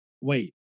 wait